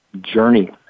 journey